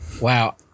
Wow